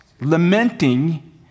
Lamenting